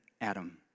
Adam